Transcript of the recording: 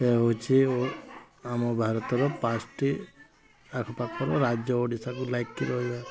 ସେ ହେଉଛି ଓ ଆମ ଭାରତର ପାଞ୍ଚଟି ଆଖପାଖର ରାଜ୍ୟ ଓଡ଼ିଶାକୁ ଲାଗିକି ରହିବା